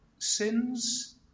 sins